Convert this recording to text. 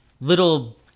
little